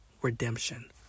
Redemption